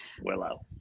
willow